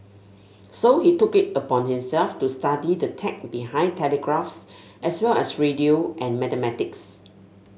so he took it upon himself to study the tech behind telegraphs as well as radio and mathematics